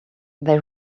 they